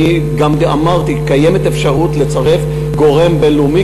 אני גם אמרתי שקיימת אפשרות לצרף גורם בין-לאומי,